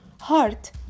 heart